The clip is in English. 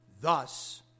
Thus